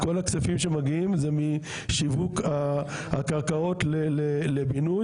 כל הכספים שמגיעים זה לשיווק הקרקעות לבינוי.